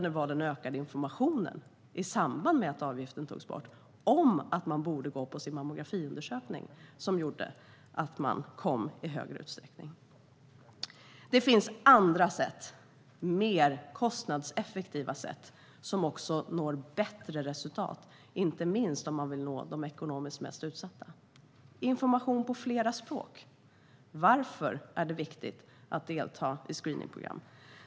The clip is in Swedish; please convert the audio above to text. Det var den ökade informationen i samband med att avgiften togs bort om att man borde gå på sin mammografiundersökning som gjorde att man kom i högre utsträckning. Det finns andra och mer kostnadseffektiva sätt som också når bättre resultat, inte minst om man vill nå de ekonomiskt mest utsatta. Ett är information på flera språk om varför det är viktigt att delta i screeningprogram.